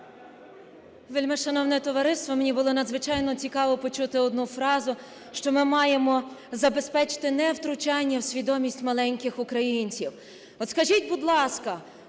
Вельмишановне товариство, мені було надзвичайно цікаво почути одну фразу, що ми маємо забезпечити невтручання в свідомість маленьких українців. От скажіть, будь ласка,